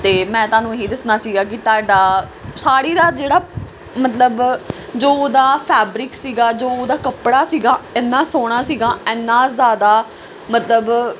ਅਤੇ ਮੈਂ ਤੁਹਾਨੂੰ ਇਹੀ ਦੱਸਣਾ ਸੀਗਾ ਕਿ ਤੁਹਾਡਾ ਸਾੜੀ ਦਾ ਜਿਹੜਾ ਮਤਲਬ ਜੋ ਉਹਦਾ ਫੈਬਰਿਕ ਸੀਗਾ ਜੋ ਉਹਦਾ ਕੱਪੜਾ ਸੀਗਾ ਇੰਨਾ ਸੋਹਣਾ ਸੀਗਾ ਇੰਨਾ ਜ਼ਿਆਦਾ ਮਤਲਬ